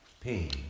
pain